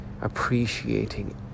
appreciating